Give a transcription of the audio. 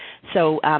so,